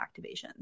activations